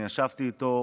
ישבתי איתו,